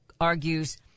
argues